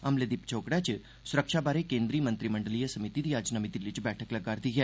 हमले दी पच्छोकड़ च स्रक्षा बारै केन्द्री मंत्रिमंडलीय समिति दी अज्ज नमीं दिल्ली च बैठक लग्गा'रदी ऐ